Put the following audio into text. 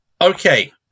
okay